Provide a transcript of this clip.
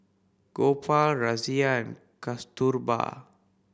Gopal Razia and Kasturba